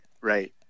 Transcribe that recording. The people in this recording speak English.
right